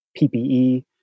PPE